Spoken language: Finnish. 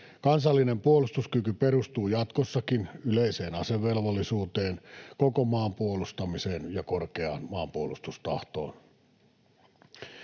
Kansallinen puolustuskyky perustuu jatkossakin yleiseen asevelvollisuuteen, koko maan puolustamiseen ja korkeaan maanpuolustustahtoon.